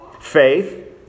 Faith